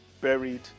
buried